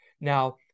Now